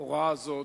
ההוראה הזאת,